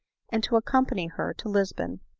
and to accompany her to lisbon.